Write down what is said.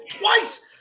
twice